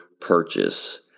purchase